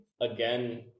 again